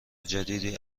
جدیدی